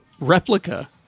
replica